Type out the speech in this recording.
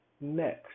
Next